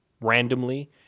randomly